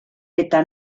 eta